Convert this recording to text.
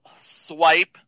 swipe